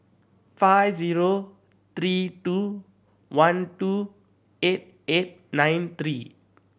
five zero three two one two eight eight nine three